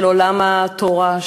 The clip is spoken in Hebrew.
של עולם התורה,